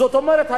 זאת אומרת,